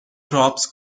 crops